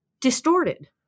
distorted